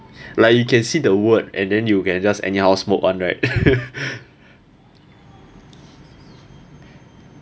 like you can see the word and then you can just anyhow smoke [one] right